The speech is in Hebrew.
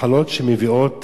מחלות שמביאות